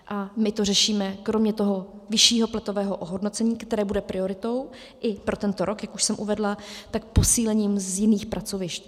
A my to řešíme kromě toho vyššího platového ohodnocení, které bude prioritou i pro tento rok, jak už jsem uvedla, posílením z jiných pracovišť.